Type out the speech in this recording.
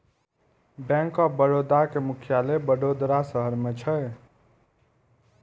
bank of Baroda के मुख्यालय वडोदरा शहर मे छै